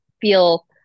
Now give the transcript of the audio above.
feel